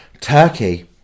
turkey